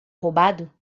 roubado